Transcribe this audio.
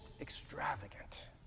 extravagant